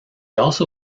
also